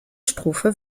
strophe